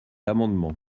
amendement